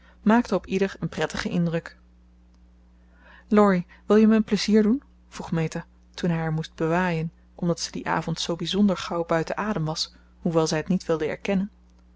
gestemd maakte op ieder een prettigen indruk laurie wil je me een plezier doen vroeg meta toen hij haar moest bewaaien omdat ze dien avond zoo bizonder gauw buiten adem was hoewel zij het niet wilde erkennen